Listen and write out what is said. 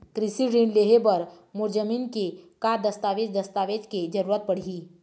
कृषि ऋण लेहे बर मोर जमीन के का दस्तावेज दस्तावेज के जरूरत पड़ही?